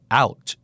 out